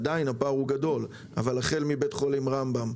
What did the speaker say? עדיין הפער הוא גדול אבל החל מבית חולים רמב"ם,